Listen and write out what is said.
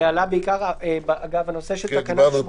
זה עלה אגב נושא של התקנות.